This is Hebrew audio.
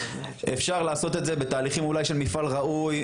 אפשר לעשות את זה אולי בתהליכים של מפעל ראוי,